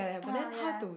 oh ya